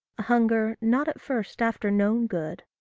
a hunger not at first after known good,